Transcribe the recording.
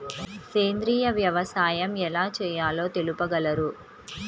సేంద్రీయ వ్యవసాయం ఎలా చేయాలో తెలుపగలరు?